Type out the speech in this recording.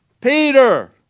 Peter